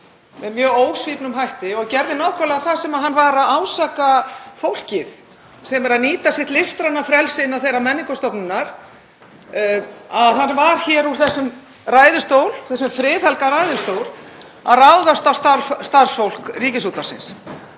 með mjög ósvífnum hætti og gerði nákvæmlega það sem hann var að ásaka fólkið um sem er að nýta sitt listræna frelsi innan þeirrar menningarstofnunar; hann var úr þessum friðhelga ræðustól að ráðast á starfsfólk Ríkisútvarpsins